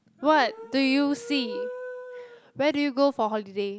what do you see where do you go for holiday